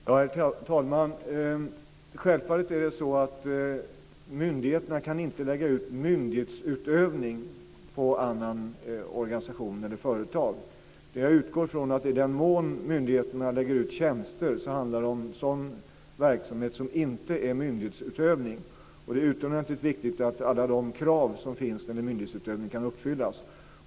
Herr talman! Självfallet kan myndigheterna inte lägga ut myndighetsutövning på annan organisation eller annat företag. Jag utgår ifrån att i den mån myndigheterna delar ut tjänster handlar det om sådan verksamhet som inte innebär myndighetsutövning. Det är utomordentligt viktigt att alla krav som finns i samband med myndighetsutövning kan uppfyllas.